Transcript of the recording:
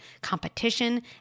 competition